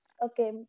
Okay